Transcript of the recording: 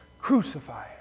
Crucify